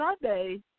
Sunday